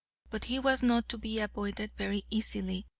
but he was not to be avoided very easily,